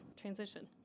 transition